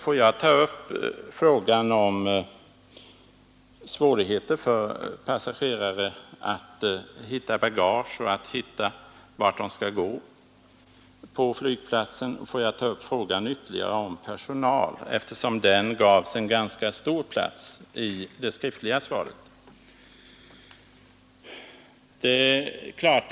Får jag ta upp frågan om svårigheter för på och att veta vart de skall gå på flygplatsen? Och får jag ytterligare ta upp frågan om personal, eftersom den gavs ganska stor plats i själva interpellationssvaret?